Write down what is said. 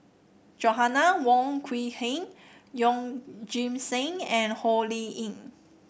Joanna Wong Quee Heng Yeoh Ghim Seng and Ho Lee Ling